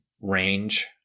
range